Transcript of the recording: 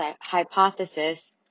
hypothesis